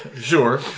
sure